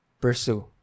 pursue